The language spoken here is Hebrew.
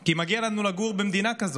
כי מגיע לנו לגור במדינה כזאת